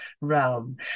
realm